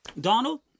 Donald